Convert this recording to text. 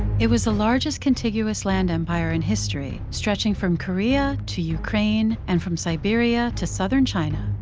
it was the largest contiguous land empire in history stretching from korea to ukraine and from siberia to southern china,